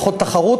פחות תחרות,